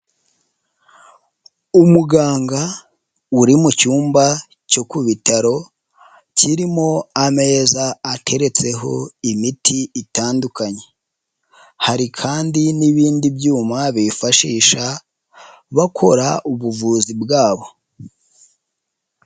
Umuganga uri mu cyumba cyo ku bitaro kirimo ameza ateretseho imiti itandukanye, hari kandi n'ibindi byuma bifashisha bakora ubuvuzi bwabo.